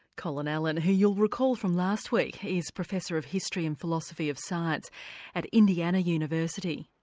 colin allen who, you'll recall from last week, is professor of history and philosophy of science at indiana university.